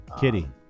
kitty